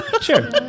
sure